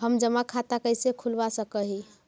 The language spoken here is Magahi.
हम जमा खाता कैसे खुलवा सक ही?